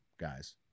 guys